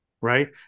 right